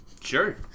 Sure